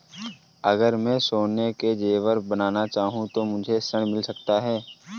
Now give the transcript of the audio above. अगर मैं सोने के ज़ेवर बनाना चाहूं तो मुझे ऋण मिल सकता है?